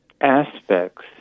aspects